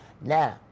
now